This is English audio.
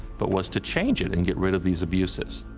but was to change it and get rid of these abuses.